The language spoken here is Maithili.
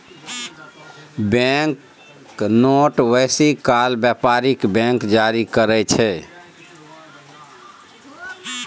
बैंक नोट बेसी काल बेपारिक बैंक जारी करय छै